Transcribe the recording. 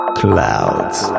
clouds